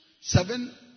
seven